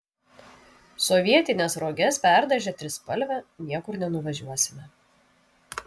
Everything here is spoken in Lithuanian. sovietines roges perdažę trispalve niekur nenuvažiuosime